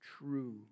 true